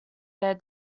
their